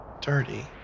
dirty